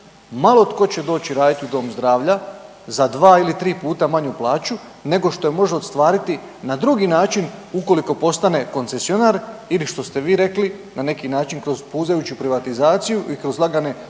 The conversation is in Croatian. malo tko će doći raditi u dom zdravlja za 2 ili 3 puta manju plaću nego što je može ostvariti na drugi način ukoliko postane koncesionar, ili što ste vi rekli, na neki način kroz puzajuću privatizaciju i kroz lagane ugovore